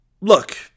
Look